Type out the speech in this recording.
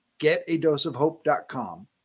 getadoseofhope.com